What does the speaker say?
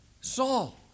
Saul